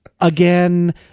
again